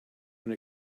when